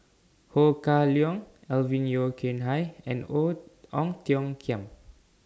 Ho Kah Leong Alvin Yeo Khirn Hai and Ong Ang Tiong Khiam